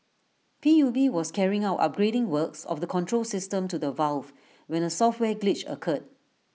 P U B was carrying out upgrading works of the control system to the valve when A software glitch occurred